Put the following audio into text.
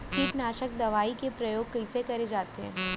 कीटनाशक दवई के प्रयोग कइसे करे जाथे?